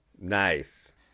nice